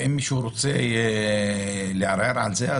ואם מישהו רוצה לערער על זה?